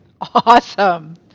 Awesome